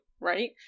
right